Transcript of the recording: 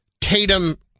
Tatum